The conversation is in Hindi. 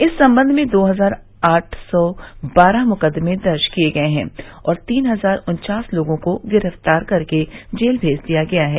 इस संबंध में दो हजार आठ सौ बारह मुकदमें दर्ज किये गये हैं और तीन हजार उन्चास लोगों को गिरफ्तार करके जेल भेजा गया है